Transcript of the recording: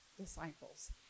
disciples